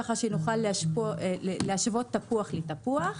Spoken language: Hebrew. ככה שנוכל להשוות תפוח לתפוח.